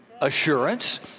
assurance